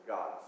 God